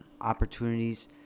opportunities